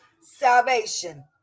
salvation